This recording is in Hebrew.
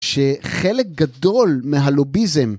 ‫שחלק גדול מהלוביזם...